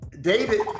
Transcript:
David